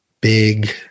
big